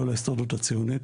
לא להסתדרות הציונית.